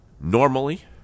normally